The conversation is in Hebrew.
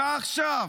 ועכשיו,